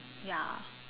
ya